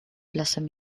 blossom